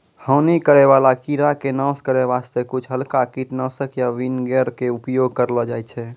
हानि करै वाला कीड़ा के नाश करै वास्तॅ कुछ हल्का कीटनाशक या विनेगर के उपयोग करलो जाय छै